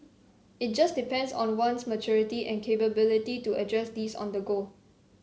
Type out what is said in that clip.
it just depends on one's maturity and capability to address these on the go